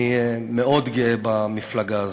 אני מאוד גאה במפלגה הזאת.